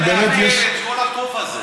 כי באמת, את כל הטוב הזה.